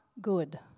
good